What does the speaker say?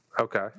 Okay